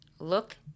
Look